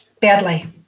badly